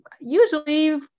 usually